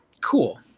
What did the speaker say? Cool